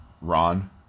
Ron